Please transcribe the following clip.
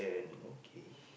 okay